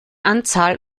anzahl